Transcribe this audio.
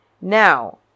now